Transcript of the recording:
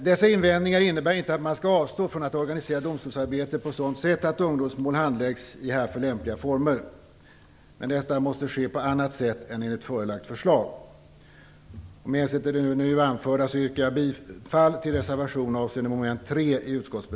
Dessa invändningar innebär inte att man skall avstå från att organisera domstolsarbetet på så sätt att ungdomsmål handläggs i härför lämpliga former. Detta måste ske på annat sätt än enligt förelagt förslag. Med det anförda yrkar jag bifall till reservation 3